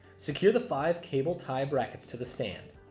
secure the five cable tie brackets to the stand.